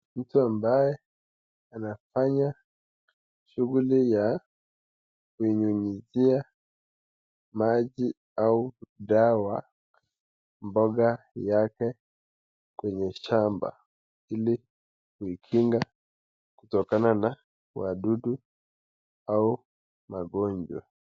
Mtu ambaye anafanya shughuli ya kunyunyizia maji au dawa mboga yake kwenye shamba ili kuikinga kutokana na wadudu au magonjwa.